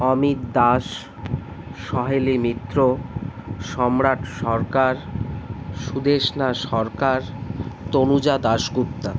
Amit Das Saheli Mitra Samrat Sarkar Sudeshna Sarkar Tanuja Dasgupta